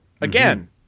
Again